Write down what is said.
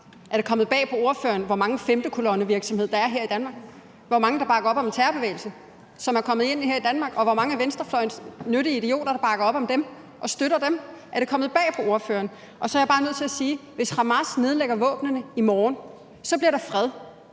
Er det kommet bag på ordføreren, hvor meget femtekolonnevirksomhed der er her i Danmark, og hvor mange der er kommet ind her i Danmark, som bakker op om en terrorbevægelse, og hvor mange af venstrefløjens nyttige idioter der bakker op om dem og støtter dem? Er det kommet bag på ordføreren? Og så er jeg bare nødt til at sige: Hvis Hamas nedlægger våbnene i morgen, bliver der fred.